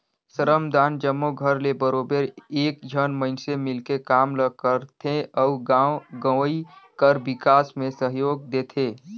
श्रमदान में जम्मो घर ले बरोबेर एक झन मइनसे मिलके काम ल करथे अउ गाँव गंवई कर बिकास में सहयोग देथे